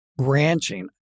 ranching